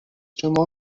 شما